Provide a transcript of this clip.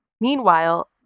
Meanwhile